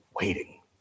waiting